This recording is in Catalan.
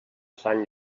sant